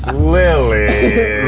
and lilly.